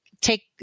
take